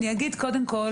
קודם אגיד,